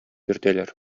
йөртәләр